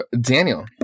Daniel